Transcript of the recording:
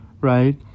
right